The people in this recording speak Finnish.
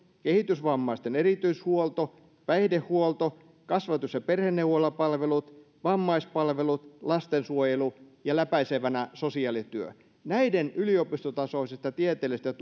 kehitysvammaisten erityishuolto päihdehuolto kasvatus ja perheneuvolapalvelut vammaispalvelut lastensuojelu ja läpäisevänä sosiaalityö näiden yliopistotasoisesta tieteellisestä